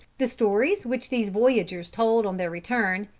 the stories which these voyagers told on their return,